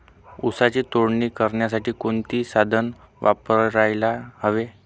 ऊसाची तोडणी करण्यासाठी कोणते साधन वापरायला हवे?